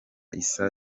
isa